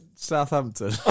Southampton